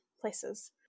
places